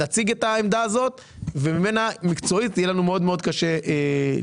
נציג את העמדה הזאת וממנה מקצועית יהיה לנו מאוד מאוד קשה לסטות.